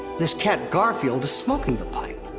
this cat garfield is smoking the pipe.